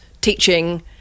teaching